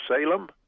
Salem